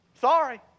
Sorry